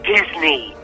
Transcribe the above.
Disney